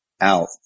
out